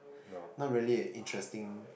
not really interesting